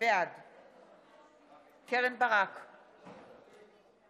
עד לפני שנתיים